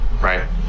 right